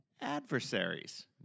adversaries